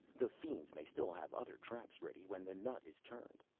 the fiends may still have other traps ready when the nut is turned.